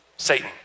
satan